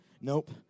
nope